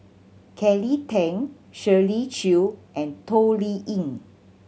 Kelly Tang Shirley Chew and Toh Liying